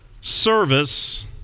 service